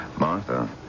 Martha